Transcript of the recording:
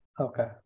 Okay